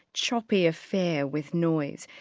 choppy affair with noise.